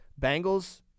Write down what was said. Bengals